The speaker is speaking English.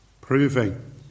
proving